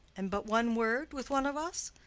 and but one word with one of us?